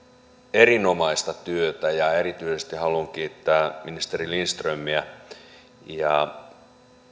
erinomaista työtä ja erityisesti haluan kiittää ministeri lindströmiä